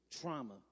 trauma